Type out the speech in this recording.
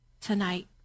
tonight